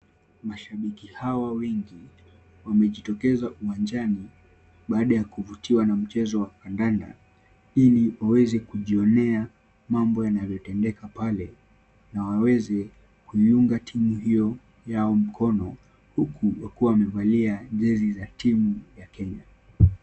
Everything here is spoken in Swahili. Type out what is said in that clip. Mashabiki hawa wengi, wamejitokeza uwanjani baada ya kuvutiwa na mchezo wa kandanda ili waweze kujionea mambo yanavyotendeka pale na waweze kuiunga timu hiyo yao mkono. Huku wakiwa wamevalia jezi za timu ya Kenya.